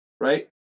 right